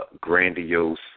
grandiose